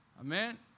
Amen